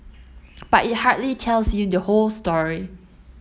but it hardly tells you the whole story